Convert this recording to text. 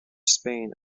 spain